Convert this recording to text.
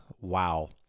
wow